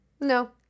No